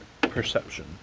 perception